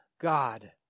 God